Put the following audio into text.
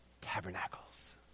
tabernacles